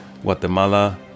Guatemala